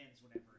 whenever